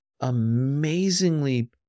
amazingly